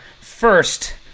first